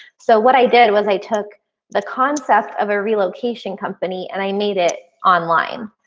so what i did was i took the concept of a relocation company and i made it online.